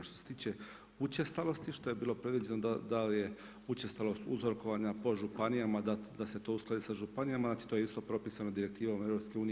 Što se tiče učestalosti što je bilo predviđeno da li je učestalost uzorkovanja po županijama da se to uskladi sa županijama, znači to je isto propisano direktivom EU.